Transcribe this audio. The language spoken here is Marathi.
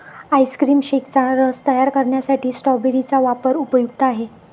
आईस्क्रीम शेकचा रस तयार करण्यात स्ट्रॉबेरी चा वापर उपयुक्त आहे